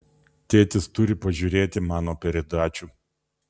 tėtis turi pažiūrėti mano peredačių